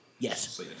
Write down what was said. Yes